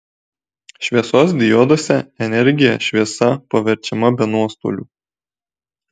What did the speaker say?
šviesos dioduose energija šviesa paverčiama be nuostolių